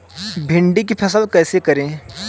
भिंडी की फसल कैसे करें?